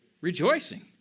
Rejoicing